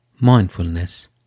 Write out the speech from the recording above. mindfulness